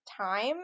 time